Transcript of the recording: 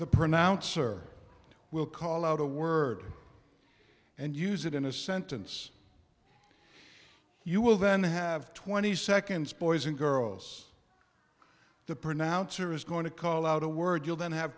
the pronouncer will call out a word and use it in a sentence you will then have twenty seconds boys and girls the pronouncer is going to call out a word you'll then have